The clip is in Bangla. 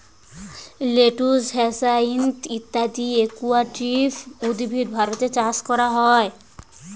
লেটুস, হ্যাসাইন্থ ইত্যাদি অ্যাকুয়াটিক উদ্ভিদ ভারতে চাষ করা হয়